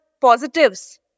positives